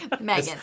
Megan